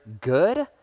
good